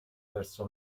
verso